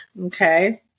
Okay